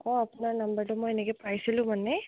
অঁ আপোনাৰ নাম্বাৰটো মই এনেকে পাইছিলোঁ মানে